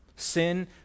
Sin